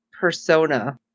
persona